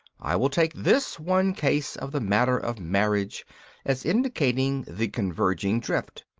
i will take this one case of the matter of marriage as indicating the converging drift,